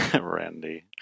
Randy